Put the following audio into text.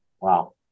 Wow